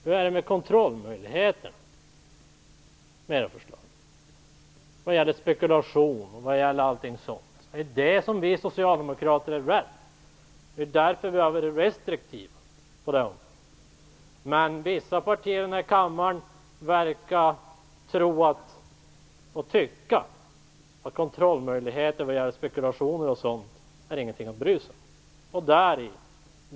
Hur är det med kontrollmöjligheten bl.a. vad gäller spekulation? Det är detta som vi socialdemokrater är rädda för. Det är därför som vi har varit restriktiva på det här området. Men vissa partier i den här kammaren verkar tro och tycka att kontrollmöjligheter vad gäller spekulationer och sådant inte är något att bry sig om.